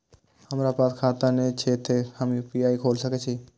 हमरा पास खाता ने छे ते हम यू.पी.आई खोल सके छिए?